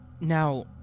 Now